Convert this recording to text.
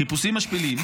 חיפושים משפילים,